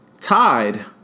Tied